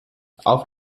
auf